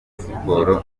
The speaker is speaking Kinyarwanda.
siporo